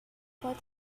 what